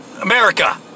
America